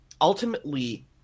ultimately